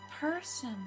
person